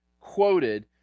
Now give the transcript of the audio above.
quoted